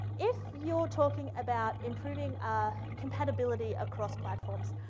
if you're talking about improving ah compatibility across platforms.